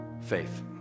Faith